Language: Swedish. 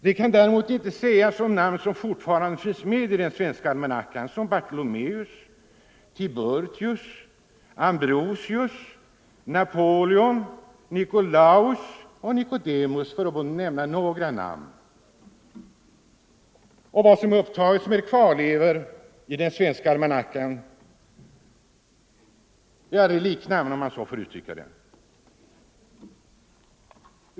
Det kan däremot inte sägas om en del namn som fortfarande finns med i den svenska almanackan — Bartolomeus, Tiburtius, Ambrosius, Napoleon, Nikolaus och Nikodemus, för att nu endast nämna några av de namn som finns upptagna som kvarlevor i den svenska almanackan, reliknamn om jag så får uttrycka det.